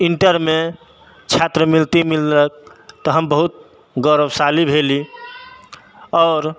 इण्टरमे छात्रवृति मिललक तऽ हम बहुत गौरवशाली भेली आओर